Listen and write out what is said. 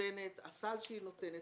נותנת - הסל שהיא נותנת,